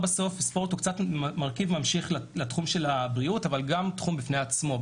ספורט הוא קצת מרכיב ממשיך לתחום של הבריאות אבל גם תחום בפני עצמו.